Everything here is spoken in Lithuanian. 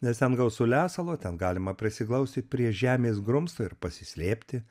nes ten gausu lesalo ten galima prisiglausti prie žemės grumsto ir pasislėpti